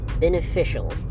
beneficial